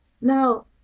Now